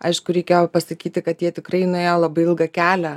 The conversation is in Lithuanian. aišku reikėjo pasakyti kad jie tikrai nuėjo labai ilgą kelią